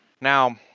Now